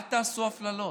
אל תעשו אפליות.